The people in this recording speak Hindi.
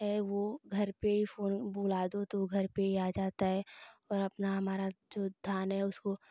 है घर पर बुला दो तो घर पर ही आ जाता है और अपना हमारा जो धान है उसको